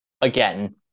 Again